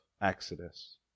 Exodus